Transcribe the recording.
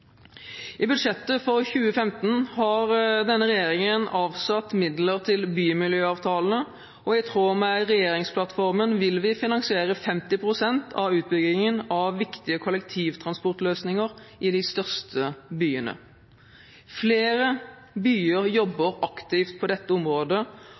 I budsjettet for 2015 har denne regjeringen avsatt midler til bymiljøavtalene, og i tråd med regjeringsplattformen vil vi finansiere 50 pst. av utbyggingen av viktige kollektivtransportløsninger i de største byene. Flere byer